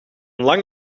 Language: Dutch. lang